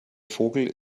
vogel